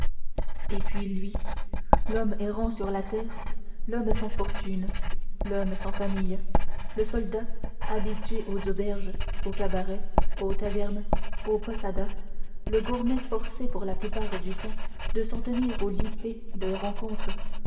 et puis lui l'homme errant sur la terre l'homme sans fortune l'homme sans famille le soldat habitué aux auberges aux cabarets aux tavernes aux posadas le gourmet forcé pour la plupart du temps de s'en tenir aux lippées de rencontre